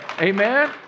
Amen